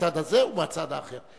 מהצד הזה ומהצד האחר.